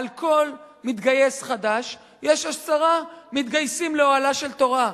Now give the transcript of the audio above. על כל מתגייס חדש יש עשרה מתגייסים לאוהלה של תורה,